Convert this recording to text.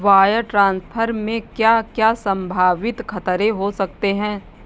Wire transfer में क्या क्या संभावित खतरे हो सकते हैं?